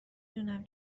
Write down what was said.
دونم